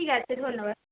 ঠিক আছে ধন্যবাদ স্যার